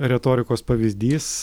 retorikos pavyzdys